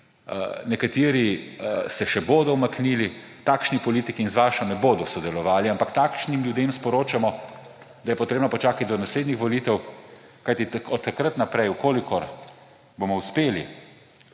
nekateri se še bodo umaknili takšni politiki in z vašo ne bodo sodelovali, ampak takšnim ljudem sporočamo, da je potrebno počakati do naslednjih volitev, kajti od takrat naprej, če bomo uspeli